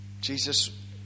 Jesus